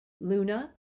Luna